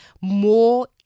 more